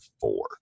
four